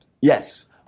Yes